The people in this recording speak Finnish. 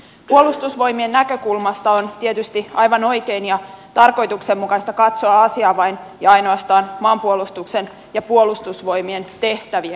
puolustusvoimien näkökulmasta on tietysti aivan oikein ja tarkoituksenmukaista katsoa asiaa vain ja ainoastaan maanpuolustuksen ja puolustusvoimien tehtävien kautta